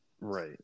Right